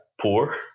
poor